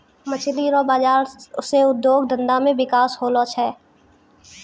मछली रो बाजार से उद्योग धंधा मे बिकास होलो छै